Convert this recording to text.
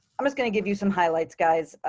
i'm just going to give you some highlights, guys.